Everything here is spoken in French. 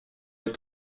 les